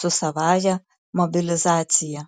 su savąja mobilizacija